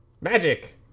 Magic